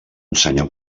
ensenyar